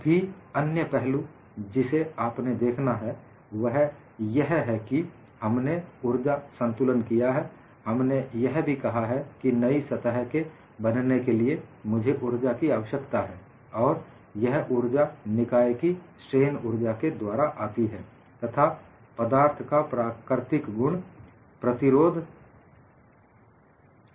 अभी अन्य पहलू जिसे आपने देखना है वह यह है कि हमने ऊर्जा संतुलन किया है हमने यह भी कहा है कि किसी नई सतह के बनने के लिए मुझे ऊर्जा की आवश्यकता है और यह ऊर्जा निकाय की स्ट्रेन ऊर्जा के द्वारा आती है तथा पदार्थ का प्राकृतिक गुण प्रतिरोध है